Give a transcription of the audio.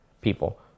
People